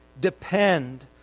depend